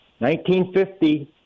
1950